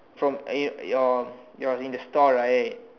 from uh your your in the store right